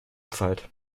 zeit